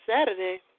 Saturday